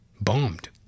bombed